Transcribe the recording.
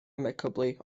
amicably